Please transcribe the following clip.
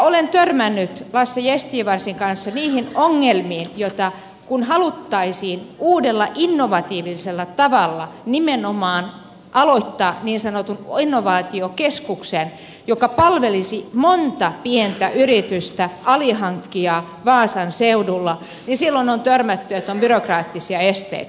olen törmännyt lasse gästgivarsin kanssa niihin ongelmiin kun haluttaisiin uudella innovatiivisella tavalla nimenomaan aloittaa niin sanottu innovaatiokeskus joka palvelisi montaa pientä yritystä alihankkijaa vaasan seudulla niin silloin on törmätty että on byrokraattisia esteitä